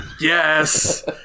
Yes